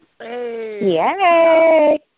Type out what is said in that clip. Yay